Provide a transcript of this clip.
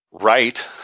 right